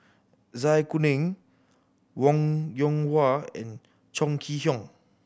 Zai Kuning Wong Yoon Wah and Chong Kee Hiong